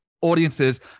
audiences